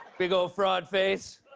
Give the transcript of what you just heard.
big old fraud face.